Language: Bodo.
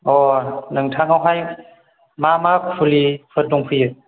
नोंथांनावहाय मा मा फुलिफोर दंफैयो